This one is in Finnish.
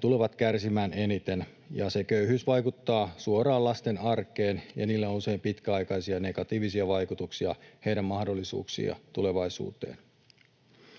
tulevat kärsimään eniten. Se köyhyys vaikuttaa suoraan lasten arkeen, ja sillä on usein pitkäaikaisia negatiivisia vaikutuksia heidän mahdollisuuksiinsa ja tulevaisuuteensa.